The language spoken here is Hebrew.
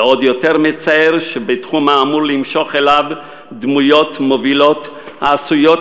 ועוד יותר מצער שבתחום האמור למשוך אליו דמויות מובילות שעשויות